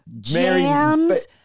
jams